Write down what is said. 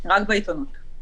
רק בעיתונות.